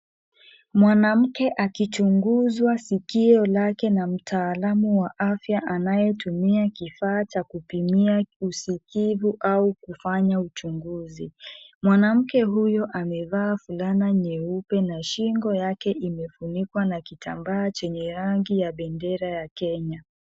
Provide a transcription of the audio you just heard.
Mwanamke akichunguzwa sikio lake na mutaalamu wa afya anayetumia kifaa cha kupimia usikifu au kufanya uchunguzi ,mwanamke huyo amevaa fulana nyeupe na shingo yake imefunikwa na kitambaa chenye rangi ya bendera Kenya.